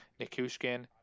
Nikushkin